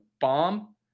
bomb